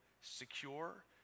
secure